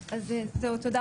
תודה רבה.